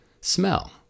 smell